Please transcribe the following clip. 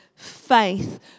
Faith